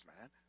man